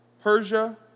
Persia